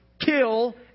kill